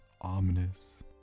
Ominous